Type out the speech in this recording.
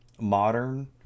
Modern